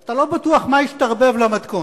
אתה לא בטוח מה השתרבב למתכון.